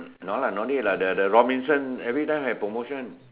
no lah no need lah the the Robinson every time have promotion